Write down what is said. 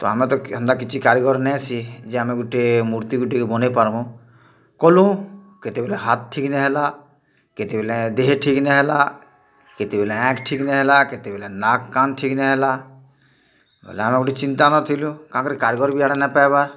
ତ ଆମେ ତ ହେନ୍ତା କିଛି କାରିଗର୍ ନାହିଁ ସେ ଯେ ଆମେ ଗୋଟେ ମୂର୍ତ୍ତି ଗୁଟେକେ ବନେଇପାରମୁ କଲୁଁ କେତେବେଲେ ହାତ୍ ଠିକ୍ ନାହିଁ ହେଲା କେତେବେଲେ ଦେହେ ଠିକ୍ ନାହିଁ ହେଲା କେତେବେଲେ ଆଏଁଖ ଠିକ୍ ନାହିଁ ହେଲା କେତେବେଲେ ନାକ୍ କାନ୍ ଠିକ୍ ନାହିଁ ହେଲା ବଇଲେ ଆମେ ଗୁଟେ ଚିନ୍ତାନଁ ଥିଲୁଁ କାଏଁକରି କାରିଗର୍ ବି ଇଆଡ଼େ ନାହିଁ ପାଏବାର୍